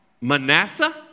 Manasseh